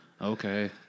okay